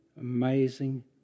amazing